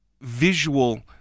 visual